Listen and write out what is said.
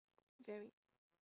very